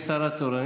יש שרה תורנית.